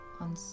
on